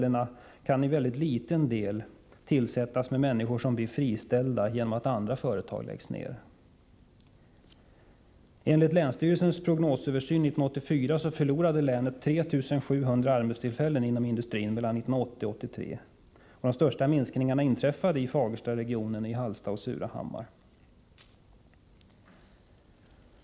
Dessa tjänster kan i mycket liten utsträckning tillsättas med människor som blir friställda genom att andra företag läggs ner. Enligt länsstyrelsens prognosöversyn 1984 förlorade Västmanlands län 3 700 arbetstillfällen inom industrin mellan 1980 och 1983. De största minskningarna inträffade i Fagerstaregionen och i Hallstahammar och Surahammar.